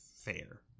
fair